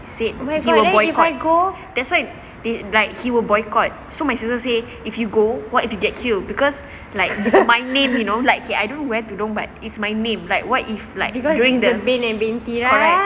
said he will boycott that's why they like he will boycott so my sister say if you go what if you get killed because like my name you know like here I don't wear tudung but it's my name like what if like during the